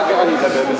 אחר כך אני אדבר.